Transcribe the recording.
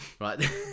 Right